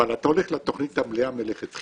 אבל אתה הולך לתכנית המלאה מלכתחילה,